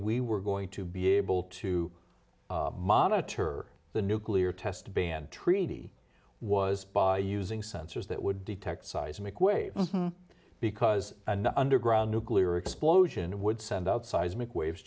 we were going to be able to monitor the nuclear test ban treaty was by using sensors that would detect seismic waves because an underground nuclear explosion would send out seismic waves